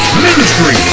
Ministry